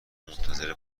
منتظر